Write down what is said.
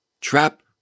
Trap